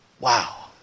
Wow